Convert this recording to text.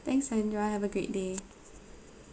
thanks sandra have a great day